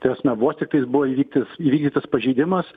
tasme vos tiktais buvo įvyksas įvykdytas pažeidimas